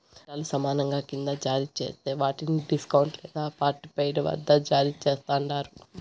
వాటాలు సమానంగా కింద జారీ జేస్తే వాట్ని డిస్కౌంట్ లేదా పార్ట్పెయిడ్ వద్ద జారీ చేస్తండారు